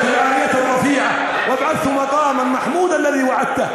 ריבוני, זוהי הקריאה המלאה והתפילה הקיימת.